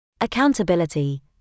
Accountability